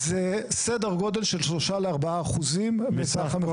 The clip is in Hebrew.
זה סדר גודל של שלושה לארבעה אחוזים מסך ה-